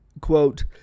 quote